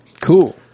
Cool